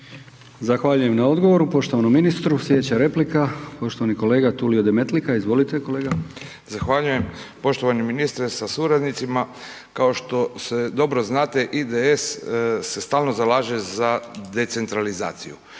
Zahvaljujem na odgovoru poštovanom ministru. Sljedeća replika, poštovani kolega Tulio Demetlika. Izvolite kolega. **Demetlika, Tulio (IDS)** Zahvaljujem. Poštovani ministre sa suradnicima. Kao što dobro znate IDS se stalno zalaže za decentralizaciju.